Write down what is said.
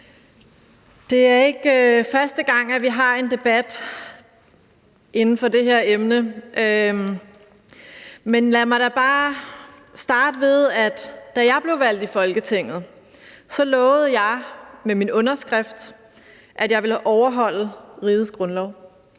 Det er ikke første gang, at vi har en debat inden for det her emne. Men lad mig da bare starte med at sige, at da jeg blev valgt til Folketinget, lovede jeg med min underskrift, at jeg ville overholde rigets grundlov.